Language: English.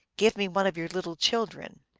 give me one of your little children.